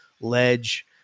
Ledge